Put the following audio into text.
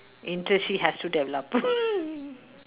interest she has to develop